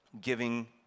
giving